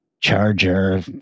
Charger